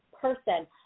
person